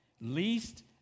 least